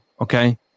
okay